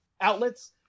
outlets